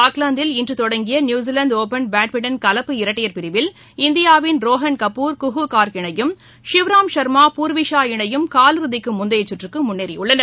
ஆக்லாந்தில் இன்று தொடங்கிய New Zealand open badminton கலப்பு இரட்டையர் பிரிவில் இந்தியாவின் ரோஹன் கபூர் குஹூ கார்க் இணையும் ஷிவராம் சர்மா பூர்விஷா இணையும் காலிறதிக்கு முந்தைய சுற்றுக்கு முன்னேறியுள்ளன